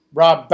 rob